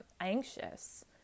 anxious